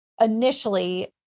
initially